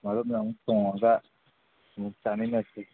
ꯑꯗꯣꯝꯗ ꯑꯃꯨꯛ ꯊꯣꯡꯉꯒ ꯑꯃꯨꯛ ꯆꯥꯃꯤꯟꯅꯁꯤ